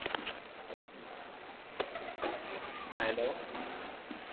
हाँ हैलो